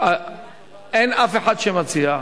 אין מתנגדים ואין נמנעים.